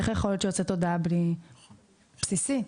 איך יכול להיות שיוצאת הודעה בלי --- זה בסיסי,